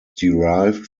derived